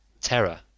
Terror